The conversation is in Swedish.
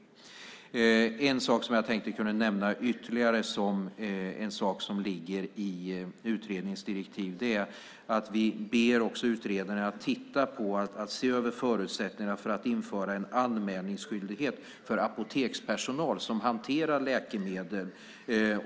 Ytterligare en sak som jag tänkte att jag kunde nämna ligger i utredningens direktiv är att vi också ber utredaren att se över förutsättningarna för att införa en anmälningsskyldighet för apotekspersonal som hanterar läkemedel.